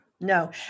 No